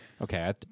okay